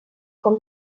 com